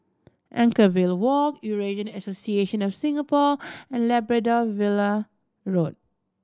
Anchorvale Walk Eurasian Association of Singapore and Labrador Villa Road